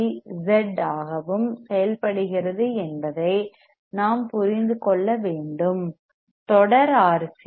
C RC Z 2 ஆகவும் செயல்படுகிறது என்பதை நாம் புரிந்து கொள்ள வேண்டும் தொடர் series சீரிஸ் ஆர்